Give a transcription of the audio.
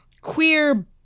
queer